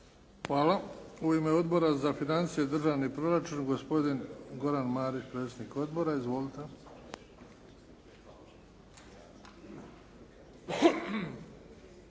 Hvala. U ime Odbora za financije i državni proračun, gospodin Goran Marić, predsjednik odbora. Izvolite.